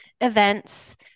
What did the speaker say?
events